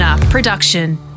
Production